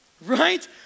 right